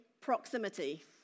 proximity